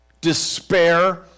despair